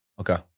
Okay